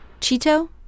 Cheeto